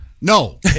No